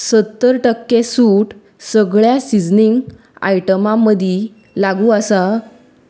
सत्तर टक्के सूट सगळ्या सिजनींग आयटमां मदीं लागू आसा